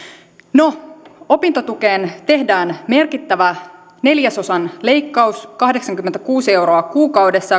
no opintotukeen tehdään merkittävä neljäsosan leikkaus kahdeksankymmentäkuusi euroa kuukaudessa